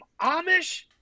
Amish